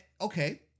okay